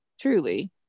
Truly